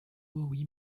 bowie